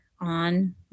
on